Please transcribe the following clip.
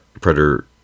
Predator